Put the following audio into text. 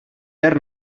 per